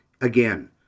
again